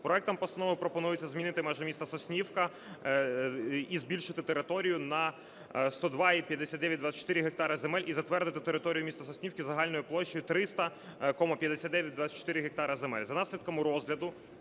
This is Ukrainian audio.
Проектом постанови пропонується змінити межи міста Соснівки і збільшити територію на 102,5924 гектара земель і затвердити територію міста Соснівки загальною площею 300,5924 гектара земель.